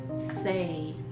say